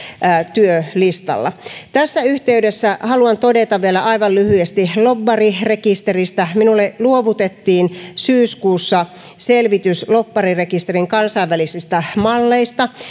työlistalla tässä yhteydessä haluan todeta vielä aivan lyhyesti lobbarirekisteristä minulle luovutettiin syyskuussa selvitys lobbarirekisterin kansainvälisistä malleista